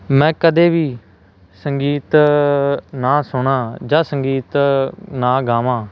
ਮੈਂ ਕਦੇ ਵੀ ਸੰਗੀਤ ਨਾ ਸੁਣਾਂ ਜਾਂ ਸੰਗੀਤ ਨਾ ਗਾਵਾਂ